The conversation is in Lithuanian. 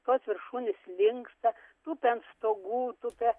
tos viršūnės linksta tupia ant stogų tupia